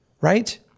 right